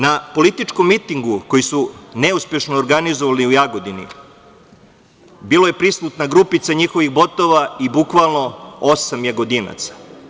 Na političkom mitingu, koji su neuspešno organizovali u Jagodini, bila je prisutna grupica njihovih botova i bukvalno osam Jagodinaca.